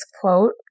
quote